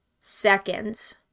seconds